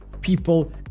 people